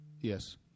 Yes